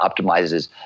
optimizes